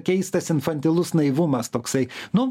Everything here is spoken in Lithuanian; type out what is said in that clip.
keistas infantilus naivumas toksai nu